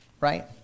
Right